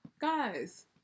Guys